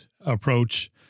approach